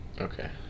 Okay